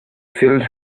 filled